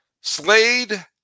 Slade